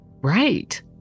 Right